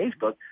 Facebook